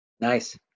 Nice